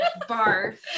barf